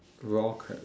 raw crab